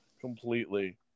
Completely